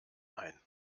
ein